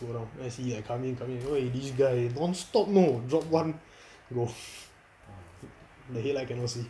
slow down then I see like coming coming !oi! this guy non stop know drop one golf the headlight cannot see